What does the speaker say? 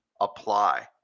Apply